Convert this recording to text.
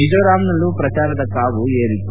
ಮಿಜೋರಾಂನಲ್ಲೂ ಪ್ರಚಾರದ ಕಾವು ಏರಿತ್ತು